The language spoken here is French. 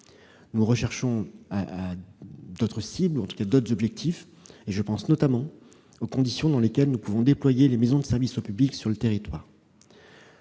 Nous recherchons d'autres objectifs. Je pense notamment aux conditions dans lesquelles nous pouvons déployer les maisons de services au public sur le territoire.